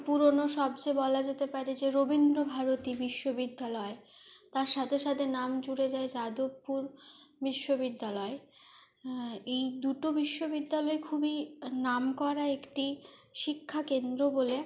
পুরনো সবচেয়ে বলা যেতে পারে যে রবীন্দ্রভারতী বিশ্ববিদ্যালয় তার সাথে সাথে নাম জুড়ে যায় যাদবপুর বিশ্ববিদ্যালয় এই দুটো বিশ্ববিদ্যালয় খুবই নামকরা একটি শিক্ষা কেন্দ্র বলে